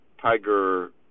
Tiger